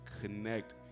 connect